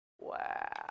Wow